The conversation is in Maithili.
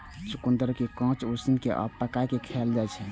चुकंदर कें कांच, उसिन कें आ पकाय कें खाएल जाइ छै